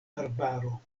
arbaro